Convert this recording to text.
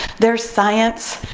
there's science,